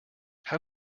how